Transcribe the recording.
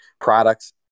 products